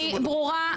אני ברורה?